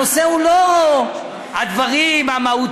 הנושא הוא לא הדברים המהותיים,